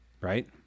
right